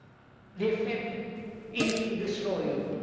the effect is to destroy you.